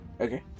Okay